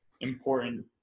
important